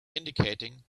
indicating